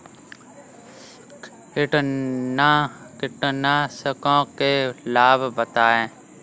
कीटनाशकों के लाभ बताएँ?